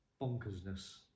bonkersness